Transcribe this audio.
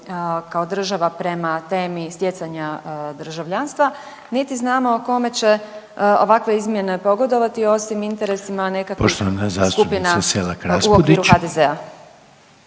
kao država prema temi stjecanja državljanstva niti znamo kome će ovakve izmjene pogodovati osim interesima nekakvih skupina u okviru HDZ-a.